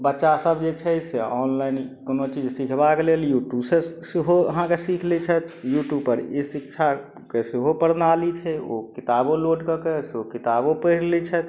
बच्चा सब जे छै से ऑनलाइन कोनो चीज सीखबाक लेल यूट्यूबसँ सेहो अहाँके सीख लै छैथ यूट्यूबपर ई शिक्षाके सेहो प्रणाली छै ओ किताबो लोड कऽके सेहो किताबो पढ़ि लै छथि